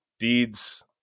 deeds